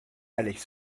alex